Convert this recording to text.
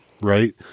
right